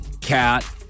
cat